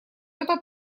это